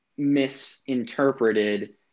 misinterpreted